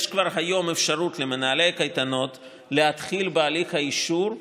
היום כבר יש אפשרות למנהלי הקייטנות להתחיל בהליך האישור,